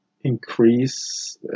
increase